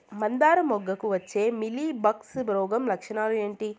మందారం మొగ్గకు వచ్చే మీలీ బగ్స్ రోగం లక్షణాలు ఏంటి?